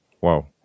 Wow